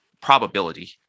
probability